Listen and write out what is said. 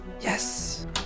Yes